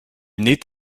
naît